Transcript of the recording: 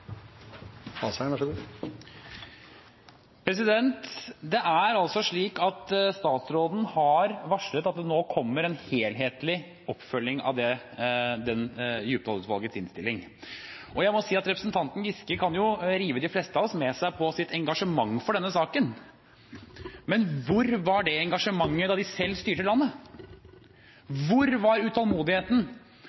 altså slik at statsråden har varslet at det nå kommer en helhetlig oppfølging av Djupedal-utvalgets innstilling. Jeg må si at representanten Giske kan rive de fleste av oss med seg i sitt engasjement for denne saken, men hvor var det engasjementet da de selv styrte landet?